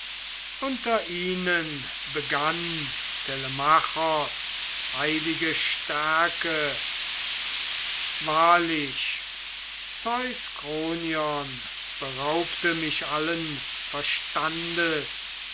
unter ihnen begann telemachos heilige stärke wahrlich zeus kronion beraubte mich allen verstandes